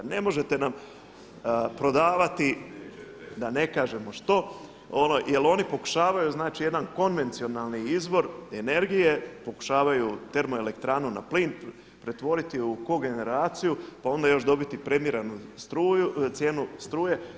Ne možete nam prodavati da ne kažemo što, jer oni pokušavaju, znači jedan konvencionalni izvor energije, pokušavaju termoelektranu na plin pretvoriti u kogeneraciju pa onda još dobiti premiranu cijenu struje.